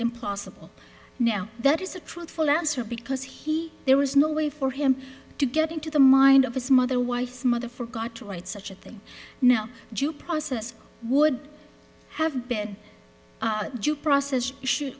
impossible now that is a truthful answer because he there was no way for him to get into the mind of his mother wife mother for god to write such a thing no jew process would have been due process sho